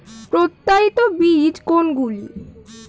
প্রত্যায়িত বীজ কোনগুলি?